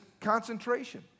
concentration